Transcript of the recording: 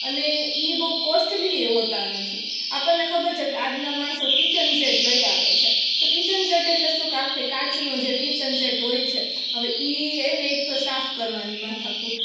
અને ઈ બહું કોસ્ટલીએ હોતા નથી આપણને ખબર છેકે આજના માણસો કિચન સેટ લઈ આવે છે તો કિચન સેટ એટલે શું કે કાંચનું જે કિચન સેટ હોય છે હવે ઈ એને એકતો સાફ કરવાની માથા કૂટ